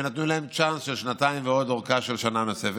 ונתנו להם צ'אנס של שנתיים ועוד ארכה של עוד שנה נוספת.